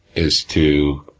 is to